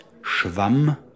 schwamm